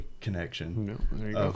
connection